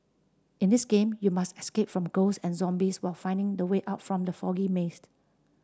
in this game you must escape from ghost and zombies while finding the way out from the foggy mazed